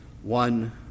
One